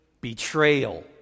betrayal